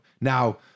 Now